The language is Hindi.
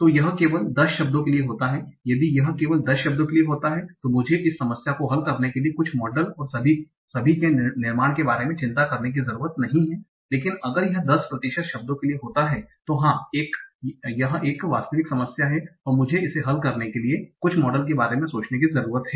तो यह केवल 10 शब्दों के लिए होता है यदि यह केवल 10 शब्दों के लिए होता है तो मुझे इस समस्या को हल करने के लिए कुछ मॉडल और सभी के निर्माण के बारे में चिंता करने की ज़रूरत नहीं है लेकिन अगर यह 10 प्रतिशत शब्दों के लिए होता है तो हाँ एक है वास्तविक समस्या और मुझे इसे हल करने के लिए कुछ मॉडल के बारे में सोचने की जरूरत है